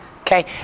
okay